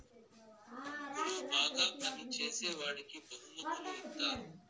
గుంపులో బాగా పని చేసేవాడికి బహుమతులు ఇత్తారు